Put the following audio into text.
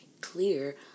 clear